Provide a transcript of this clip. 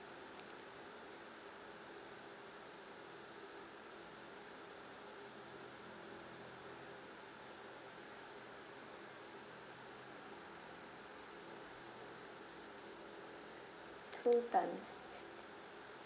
so time